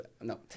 no